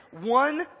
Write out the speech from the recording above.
one